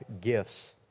gifts